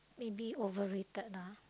maybe over rated lah